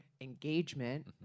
engagement